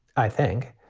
i think.